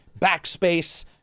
Backspace